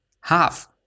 Half